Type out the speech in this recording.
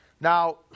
Now